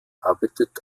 arbeitet